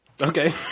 Okay